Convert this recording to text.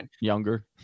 younger